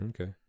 okay